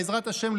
בעזרת השם,